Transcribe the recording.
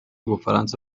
bufaransa